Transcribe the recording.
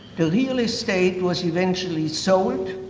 the real estate was eventually sold